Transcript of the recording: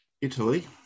Italy